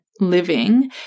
living